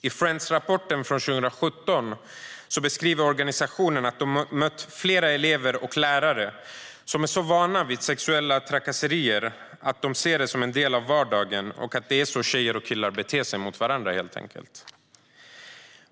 I Friendsrapporten från 2017 beskriver organisationen att de har mött flera elever och lärare som är så vana vid sexuella trakasserier att de ser det som en del av vardagen och att det helt enkelt är så killar och tjejer beter sig mot varandra.